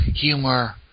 humor